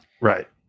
right